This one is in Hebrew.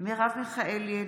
מרב מיכאלי,